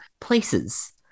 places